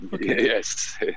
yes